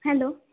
hello